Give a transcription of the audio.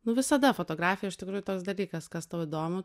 visada fotografija iš tikrųjų toks dalykas kas tau įdomu